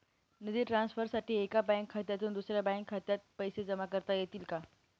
निधी ट्रान्सफरसाठी एका बँक खात्यातून दुसऱ्या बँक खात्यात पैसे जमा करता येतील का?